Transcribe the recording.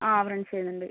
ആ ഫ്രണ്ട്സ് വരുന്നുണ്ട്